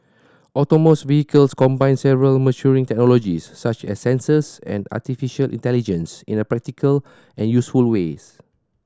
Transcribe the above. autonomous vehicles combine several maturing technologies such as sensors and artificial intelligence in a practical and useful ways